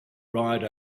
ride